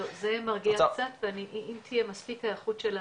זה מרגיע קצת, ואם תהיה מספיק היערכות של הצוותים,